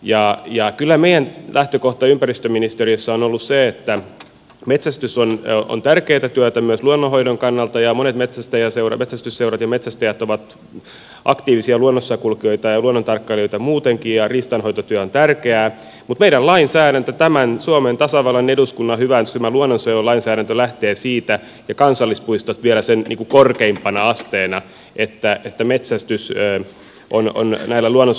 kyllä meidän lähtökohtamme ympäristöministeriössä on ollut se että metsästys on tärkeätä työtä myös luonnonhoidon kannalta ja monet metsästysseurat ja metsästäjät ovat aktiivisia luonnossa kulkijoita ja luonnon tarkkailijoita muutenkin ja riistanhoitotyö on tärkeää mutta meidän lainsäädäntömme tämän suomen tasavallan ja eduskunnan hyväksymä luonnonsuojelulainsäädäntö lähtee siitä ja kansallispuistot vielä sen korkeimpana asteena että metsästys on näillä luonnonsuojelualueilla rajatumpaa